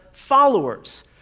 followers